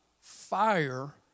fire